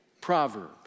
proverb